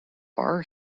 bar